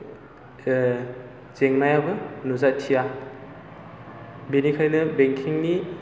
जेंनायाबो नुजाथिया बेनिखायनो बेंकिंनि